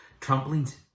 Trampolines